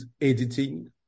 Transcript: editing